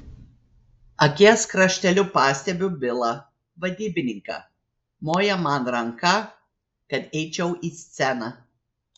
akies krašteliu pastebiu bilą vadybininką moja man ranka kad eičiau į sceną